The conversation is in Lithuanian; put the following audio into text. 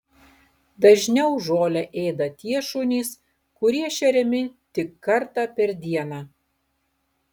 dažniau žolę ėda tie šunys kurie šeriami tik kartą per dieną